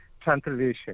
translation